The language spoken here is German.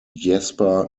jasper